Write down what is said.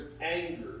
anger